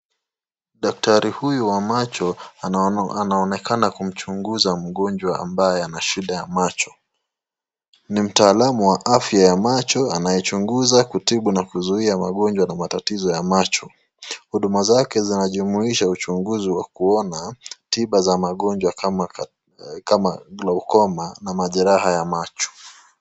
Daktari huyu wa macho anaonekana kumchunguza mgonjwa ambaye ana shida ya macho, ni mtaalum wa afya ya macho anayechunguza, kutibu na kuzuia magonjwa na matatizo ya macho, huduma zake zinajumuisha uchunguzi wa kuona tiba za magonjwa kama glokoma na majeraha ya macho.